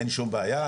אין שום בעיה.